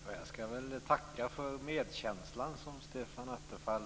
Fru talman! Jag skall tacka för medkänslan från Stefan Attefall.